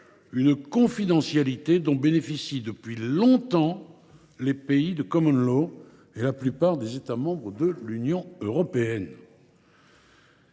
une confidentialité dont jouissent depuis longtemps les pays de et la plupart des États membres de l’Union européenne.